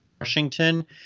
Washington